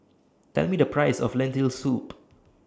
Tell Me The Price of Lentil Soup